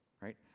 right